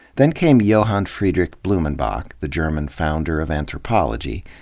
then came johan friedrich blumenbach, the german founder of anthropology.